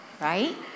right